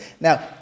Now